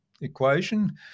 equation